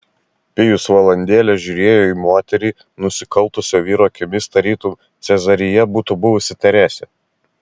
pijus valandėlę žiūrėjo į moterį nusikaltusio vyro akimis tarytum cezarija būtų buvusi teresė